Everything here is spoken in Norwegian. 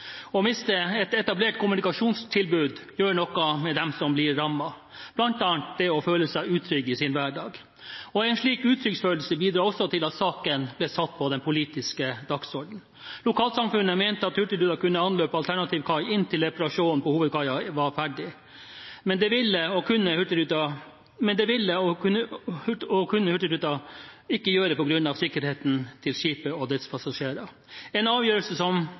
å miste et etablert kommunikasjonstilbud gjør noe med dem som blir rammet, bl.a. kan en føle seg utrygg i sin hverdag. En slik følelse av utrygghet bidro også til at saken ble satt på den politiske dagsordenen. Lokalsamfunnet mente at Hurtigruten kunne anløpe en alternativ kai inntil reparasjonen på hovedkaia var ferdig, men det ville og kunne ikke Hurtigruten gjøre på grunn av sikkerheten til skipet og dets passasjerer – en avgjørelse som